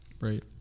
Right